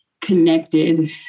connected